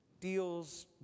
deals